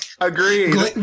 Agreed